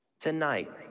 tonight